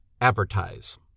advertise